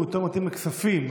יותר מתאים לוועדת הכספים,